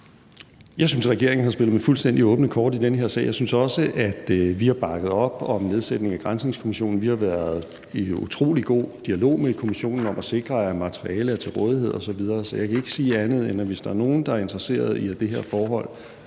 Jeg synes, at regeringen har spillet med fuldstændig åbne kort i den her sag. Jeg synes også, at vi har bakket op om at nedsætte granskningskommissionen. Vi har været i utrolig god dialog med kommissionen om at sikre, at materialet er til rådighed osv. Så jeg kan ikke sige andet, end at hvis der er nogle, der er interesserede i, at det her forhold